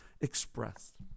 expressed